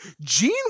Gene